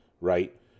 right